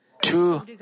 two